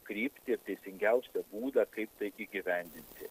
kryptį teisingiausią būdą kaip tai įgyvendinti